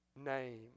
name